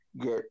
get